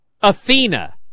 Athena